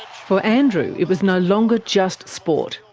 for andrew, it was no longer just sport.